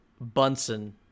Bunsen